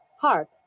harp